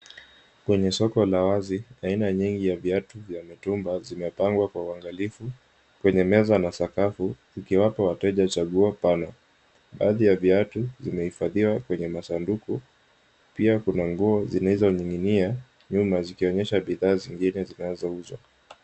Kwenye soko la wazi, aina nyingi ya viatu vya mtumba zimepangwa kwa uangalifu kweye meza na sakafu ikiwapa wateja chaguo pana. Baadhi ya viatu vimehifadhiwa kwenye masanduku, pia kuna nguo zilizoning'inia nyuma zikionyesha bidhaa zingine zinazouzwa.